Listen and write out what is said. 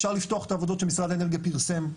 אפשר לפתוח את העבודות שמשרד האנרגיה פרסם,